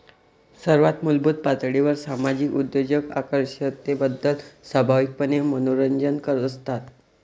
सर्वात मूलभूत पातळीवर सामाजिक उद्योजक आकर्षकतेबद्दल स्वाभाविकपणे मनोरंजक असतात